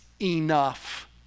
enough